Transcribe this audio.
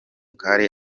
kari